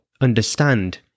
understand